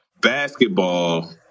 basketball